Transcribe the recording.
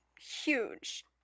huge